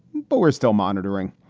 but we're still monitoring,